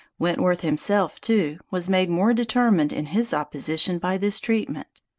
wentworth himself, too, was made more determined in his opposition by this treatment.